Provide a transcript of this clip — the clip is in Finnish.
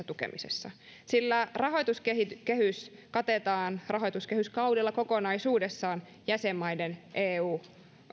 tukemisessa sillä rahoituskehys katetaan rahoituskehyskaudella kokonaisuudessaan jäsenmaiden eu